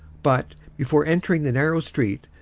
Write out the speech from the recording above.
but, before entering the narrow street,